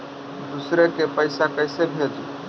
दुसरे के पैसा कैसे भेजी?